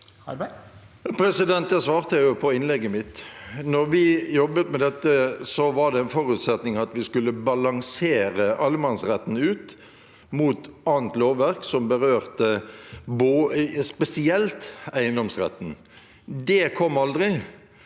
svarte jeg på i innlegget mitt. Da vi jobbet med dette, var det en forutsetning at vi skulle balansere allemannsretten mot annet lovverk som berørte spesielt eiendomsretten. Det kom aldri,